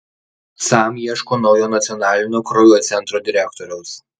sam ieško naujo nacionalinio kraujo centro direktoriaus